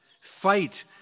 Fight